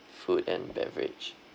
food and beverage